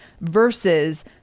versus